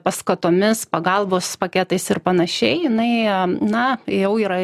paskatomis pagalbos paketais ir panašiai nuėję na jau yra